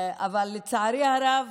אבל לצערי הרב,